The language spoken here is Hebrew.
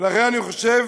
ולכן אני חושב